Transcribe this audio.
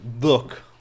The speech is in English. look